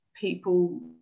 people